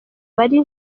bari